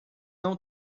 não